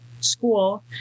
school